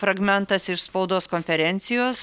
fragmentas iš spaudos konferencijos